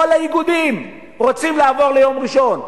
כל האיגודים רוצים לעבור ליום ראשון,